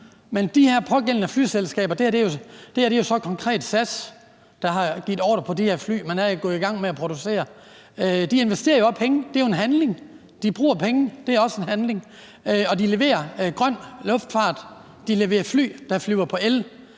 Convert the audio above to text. men de her pågældende flyselskaber – det er jo så konkret SAS, der har givet ordre på de her fly, som man er gået i gang at producere – investerer jo også penge. Det er jo en handling. De bruger penge. Det er også en handling, og de leverer grøn luftfart; de leverer fly, der flyver på el.